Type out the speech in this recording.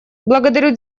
благодарю